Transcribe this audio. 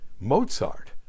Mozart